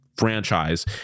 franchise